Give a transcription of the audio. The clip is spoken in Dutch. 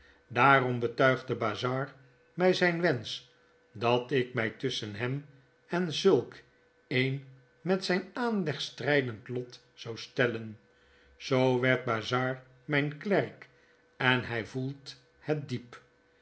daarom betuigde bazzard my zijn wensch dat ik my tusschen hem en zulk een met zyn aanleg strydend lot zou stellen zoo werd bazzard myn klerk en hy voelt het diep